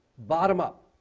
bottom up,